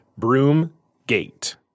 Broomgate